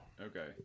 Okay